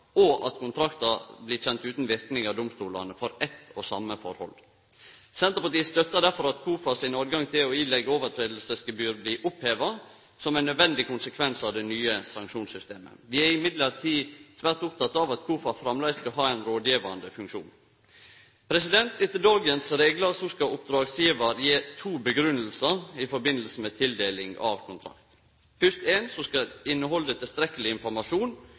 og at kontrakten blir kjend utan verknad av domstolane, for eit og same forhold. Senterpartiet støttar derfor at KOFAs høve til å påleggje misleghaldsgebyr blir oppheva, som ein nødvendig konsekvens av det nye sanksjonssystemet. Vi er likevel svært opptekne av at KOFA framleis skal ha ein rådgjevande funksjon. Etter dagens reglar skal oppdragsgjevar kome med to grunngjevingar i samband med tildeling av kontrakt, fyrst ein som skal innehalde tilstrekkeleg informasjon